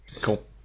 Cool